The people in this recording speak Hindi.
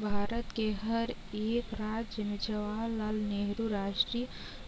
भारत के हर एक राज्य में जवाहरलाल नेहरू राष्ट्रीय